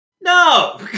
no